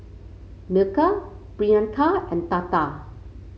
Milkha Priyanka and Tata